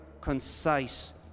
concise